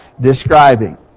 describing